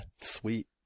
Sweet